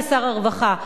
כשר הרווחה,